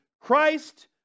Christ